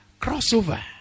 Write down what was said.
crossover